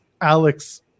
Alex